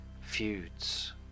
feuds